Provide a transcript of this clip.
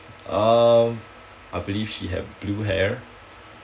um I believe she have blue hair